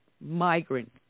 migrant